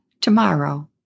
Tomorrow